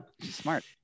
smart